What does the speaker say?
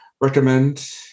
recommend